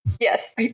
Yes